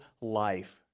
life